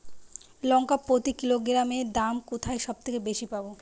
লঙ্কা প্রতি কিলোগ্রামে দাম কোথায় সব থেকে বেশি পাব?